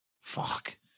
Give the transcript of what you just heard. Fuck